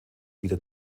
wieder